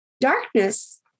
Darkness